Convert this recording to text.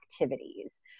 activities